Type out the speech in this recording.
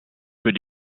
für